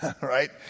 right